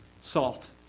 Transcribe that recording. salt